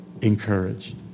encouraged